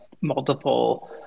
multiple